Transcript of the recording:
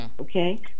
Okay